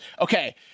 Okay